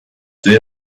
سوی